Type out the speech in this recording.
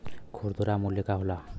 खुदरा मूल्य का होला?